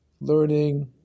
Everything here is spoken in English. learning